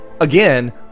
again